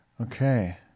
Okay